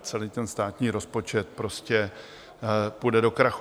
Celý ten státní rozpočet prostě půjde do krachu.